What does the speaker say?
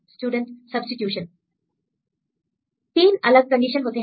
3 अलग कंडीशन होते हैं